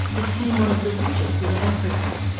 became one of the richest in africa.